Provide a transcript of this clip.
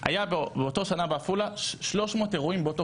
היה באותה שנה בעפולה 300 אירועים באותו